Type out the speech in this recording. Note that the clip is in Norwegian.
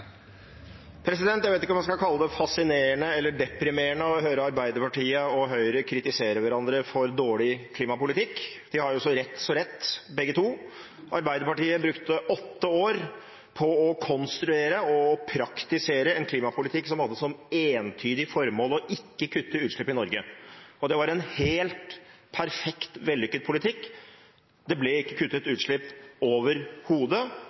Jeg vet ikke om jeg skal kalle det «fascinerende» eller «deprimerende» å høre Arbeiderpartiet og Høyre kritisere hverandre for dårlig klimapolitikk. De har jo så rett så rett, begge to. Arbeiderpartiet brukte åtte år på å konstruere og praktisere en klimapolitikk som hadde som entydig formål ikke å kutte utslipp i Norge. Det var en helt perfekt, vellykket politikk. Det ble ikke kuttet